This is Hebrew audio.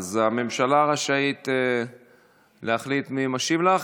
הממשלה רשאית להחליט מי משיב לך,